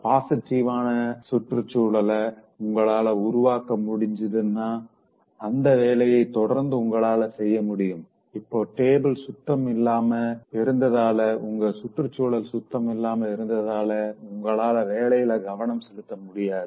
பாசிட்டிவான சுற்றுச்சூழல உங்களால உருவாக்க முடிஞ்சாதா அந்த வேலைய தொடர்ந்து உங்களால செய்ய முடியும் இப்போ டேபிள் சுத்தம் இல்லாம இருந்தாலோ உங்க சுற்றுசூழல் சுத்தம் இல்லாம இருந்தாலோ உங்களால வேலையில கவனம் செலுத்த முடியாது